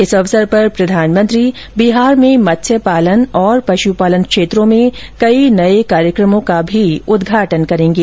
इस अवसर पर प्रधानमंत्री बिहार में मत्स्य पालन और पश पालन क्षेत्रों में कई नए कार्यक्रमों का भी उद्घाटन करेंगे